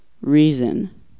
Reason